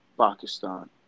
Pakistan